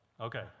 Okay